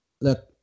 look